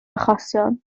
achosion